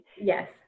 Yes